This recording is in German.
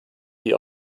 die